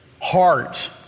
heart